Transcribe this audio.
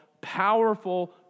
powerful